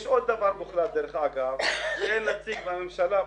יש עוד דבר מוחלט, דרך אגב, אין נציג מהממשלה פה,